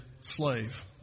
slave